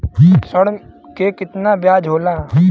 ऋण के कितना ब्याज होला?